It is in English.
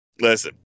Listen